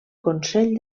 consell